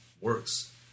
works